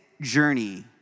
journey